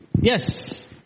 Yes